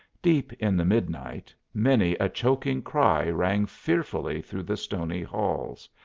deep in the midnight, many a choking cry rang fearfully through the stony halls,